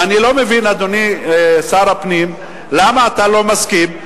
ואני לא מבין, אדוני שר הפנים, למה אתה לא מסכים.